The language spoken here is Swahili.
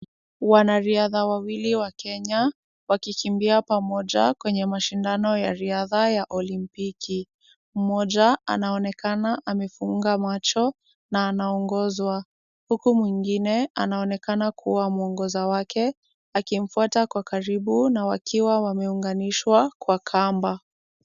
Wanariadha wawili wa Kenya wakikimbia pamoja kwenye mashindano ya riadha ya olimpiki. Mmoja anaonekana amefunga macho na anaongozwa huku mwingine anaonekana kuwa mwongoza wake akimfuata kwa karibu na wakiwa wameunganishwa kwa kamba.